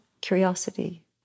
curiosity